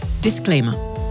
Disclaimer